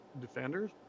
defenders